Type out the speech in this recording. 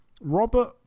Robert